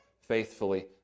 faithfully